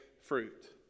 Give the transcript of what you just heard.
fruit